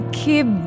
keep